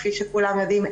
כפי שכולם יודעים,